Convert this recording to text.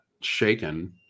shaken